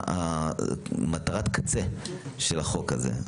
זו מטרת הקצה של החוק הזה.